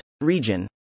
Region